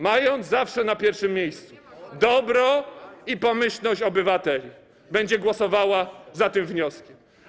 mając zawsze na pierwszym miejscu dobro i pomyślność obywateli, będzie głosowała za tym wnioskiem.